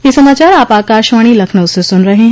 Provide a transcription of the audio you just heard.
ब्रे क यह समाचार आप आकाशवाणी लखनऊ से सुन रहे हैं